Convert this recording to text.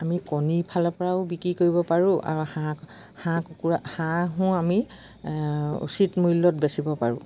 আমি কণীৰ ফালৰ পৰাও বিক্ৰী কৰিব পাৰোঁ আৰু হাঁহ হাঁহ কুকুৰা হাঁহো আমি চীট মূল্যত বেচিব পাৰোঁ